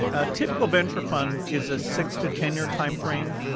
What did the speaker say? a typical venture fund is a six to ten year time frame,